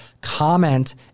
Comment